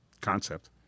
concept